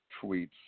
tweets